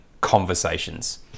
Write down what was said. conversations